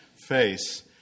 face